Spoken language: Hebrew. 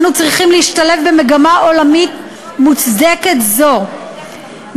ואנו צריכים להשתלב במגמה עולמית מוצדקת זו,